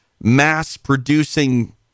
mass-producing